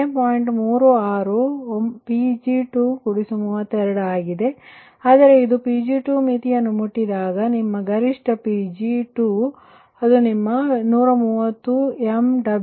36 Pg2 32 ಆಗಿದೆ ಆದರೆ ಇದು Pg2 ಮಿತಿಯನ್ನು ಮುಟ್ಟಿದಾಗ ಅದು ನಿಮ್ಮ ಗರಿಷ್ಠ ಪಿಜಿ 2 ಅದು ನಿಮ್ಮ 130 MW ಈ Pg2130 MW